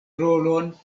rolon